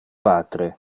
patre